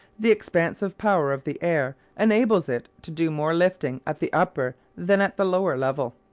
the expansive power of the air enables it to do more lifting at the upper than at the lower level,